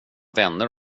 vänner